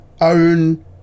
own